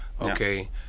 Okay